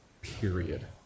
period